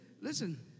Listen